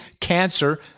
cancer